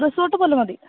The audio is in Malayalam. റിസോർട്ട് പോലെ മതി